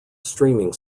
streaming